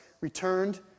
returned